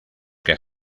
que